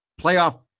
playoff